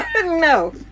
No